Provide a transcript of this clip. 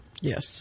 Yes